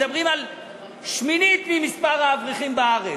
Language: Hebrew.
מדברים על שמינית ממספר האברכים בארץ,